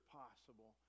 possible